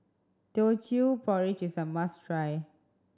Teochew Porridge is a must try